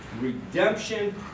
redemption